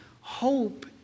hope